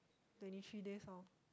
twenty three days off